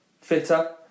fitter